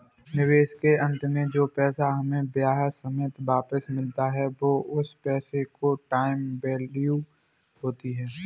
निवेश के अंत में जो पैसा हमें ब्याह सहित वापस मिलता है वो उस पैसे की टाइम वैल्यू होती है